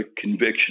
conviction